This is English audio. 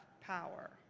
power